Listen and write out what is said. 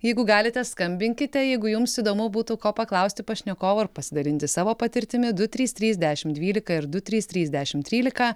jeigu galite skambinkite jeigu jums įdomu būtų ko paklausti pašnekovo ir pasidalinti savo patirtimi du trys trys dešim dvylika ir du trys tus dešim trylika